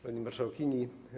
Pani Marszałkini!